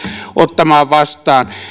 ottamaan vastaan